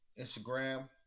Instagram